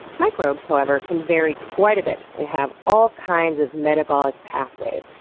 microbes, however, can vary quite a bit and have all kinds of metabolic pathways.